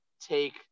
take